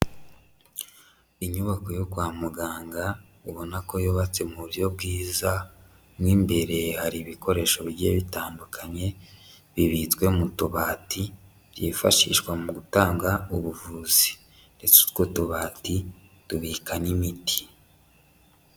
inyubako yo kwa muganga ubona ko yubatse mu buryo bwiza n'imbere hari ibikoresho bigiye bitandukanye bibitswe mu tubati byifashishwa mu gutanga ubuvuzitwou tubati tubika n'imiti